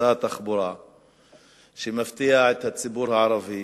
שר התחבורה שמפתיע את הציבור הערבי,